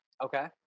Okay